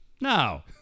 No